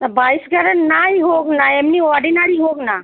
তা বাইশ ক্যারেট নাই হোক না এমনি অর্ডিনারি হোক না